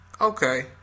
Okay